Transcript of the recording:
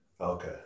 Okay